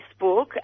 Facebook